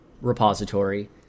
repository